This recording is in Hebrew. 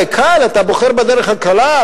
זה קל, אתה בוחר בדרך הקלה.